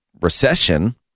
Recession